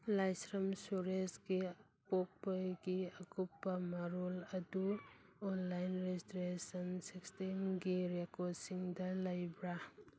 ꯂꯥꯏꯁ꯭ꯔꯝ ꯁꯨꯔꯦꯁꯀꯤ ꯄꯣꯛꯄꯒꯤ ꯑꯀꯨꯞꯄ ꯃꯔꯣꯜ ꯑꯗꯨ ꯑꯣꯟꯂꯥꯏꯟ ꯔꯦꯖꯤꯁꯇ꯭ꯔꯦꯁꯟ ꯁꯤꯁꯇꯦꯝꯒꯤ ꯔꯦꯀꯣꯔꯗꯁꯤꯡꯗ ꯂꯩꯕ꯭ꯔꯥ